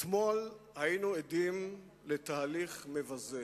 אתמול היינו עדים לתהליך מבזה,